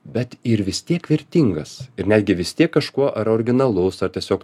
bet ir vis tiek vertingas ir netgi vis tiek kažkuo ar originalus ar tiesiog